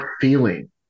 feeling